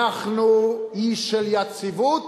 אנחנו אי של יציבות,